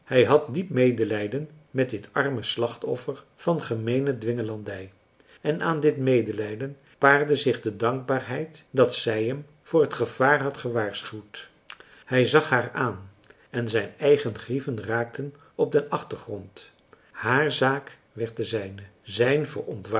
hij had diep medelijden met dit arme slachtoffer van gemeene dwingelandij en aan dit medelijden paarde zich de dankbaarheid dat zij hem voor het gevaar had gewaarschuwd hij zag haar aan en zijn eigen grieven raakten op den achtergrond haar zaak werd de zijne zijn